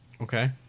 Okay